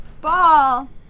ball